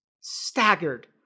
staggered